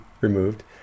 removed